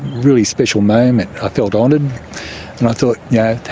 really special moment. i felt honoured and i thought, yeah